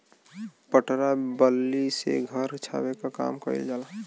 पटरा बल्ली से घर छावे के काम कइल जाला